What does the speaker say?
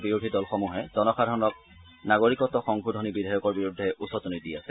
বিৰোধী দলসমহে জনসাধাৰণক নাগৰিকত্ব সংশোধনী বিধেয়কৰ বিৰুদ্ধে উচতনি দি আছে